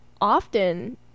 often